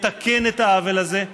יתקן את העוול הזה,